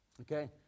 Okay